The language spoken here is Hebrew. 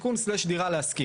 מידי.